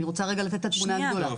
אני רוצה רגע לתת את התמונה הגדולה.